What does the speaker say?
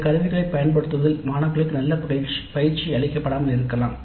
இந்த கருவிகளைப் பயன்படுத்துவதில் மாணவர்களுக்கு நன்கு பயிற்சி அளிக்கப்படாமல் இருக்கலாம்